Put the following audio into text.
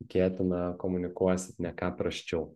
tikėtina komunikuosit ne ką prasčiau